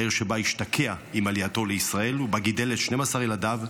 העיר שבה השתקע עם עלייתו לישראל ובה גידל את 12 ילדיו,